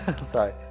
sorry